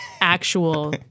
Actual